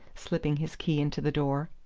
slipping his key into the door.